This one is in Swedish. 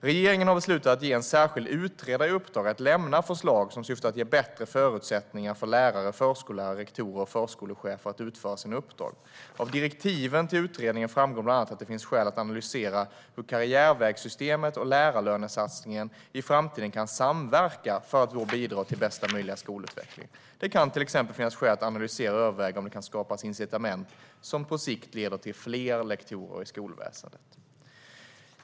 Regeringen har beslutat att ge en särskild utredare i uppdrag att lämna förslag som syftar till att ge bättre förutsättningar för lärare, förskollärare, rektorer och förskolechefer att utföra sina uppdrag . Av direktiven till utredaren framgår bland annat att det finns skäl att analysera hur karriärvägssystemet och lärarlönesatsningen i framtiden kan samverka för att bidra till bästa möjliga skolutveckling. Det kan till exempel finnas skäl att analysera och överväga om det kan skapas incitament som på sikt leder till fler lektorer i skolväsendet.